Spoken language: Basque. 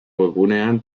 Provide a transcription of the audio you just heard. webgunean